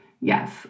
Yes